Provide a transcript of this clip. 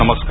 नमस्कार